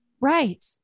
Right